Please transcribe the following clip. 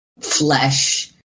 flesh